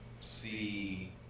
see